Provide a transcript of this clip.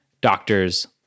doctors